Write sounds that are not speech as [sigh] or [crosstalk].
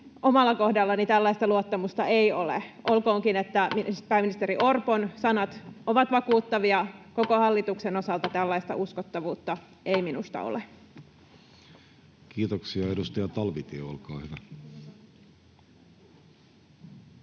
omalla kohdallani tällaista luottamusta ei ole, [noise] olkoonkin, että pääministeri Orpon sanat ovat vakuuttavia. Koko hallituksen osalta tällaista uskottavuutta ei minusta ole. Kiitoksia. — Edustaja Talvitie, olkaa hyvä. Arvoisa